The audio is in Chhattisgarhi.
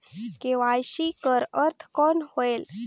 के.वाई.सी कर अर्थ कौन होएल?